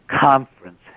conference